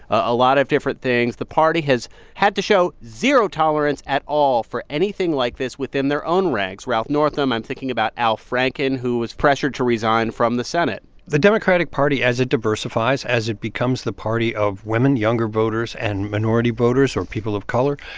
a lot of different things the party has had to show zero tolerance at all for anything like this within their own ranks ralph northam, i'm thinking about al franken, who was pressured to resign from the senate the democratic party, as it diversifies, as it becomes the party of women, younger voters and minority voters or people of color,